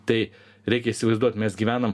tai reikia įsivaizduot mes gyvenam